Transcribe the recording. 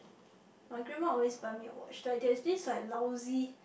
my grandma always buy me a watch like there's this like lousy